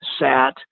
sat